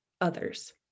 others